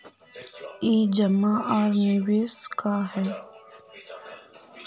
ई जमा आर निवेश का है?